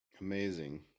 Amazing